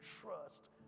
trust